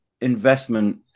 investment